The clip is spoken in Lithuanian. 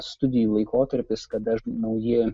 studijų laikotarpis kada nauji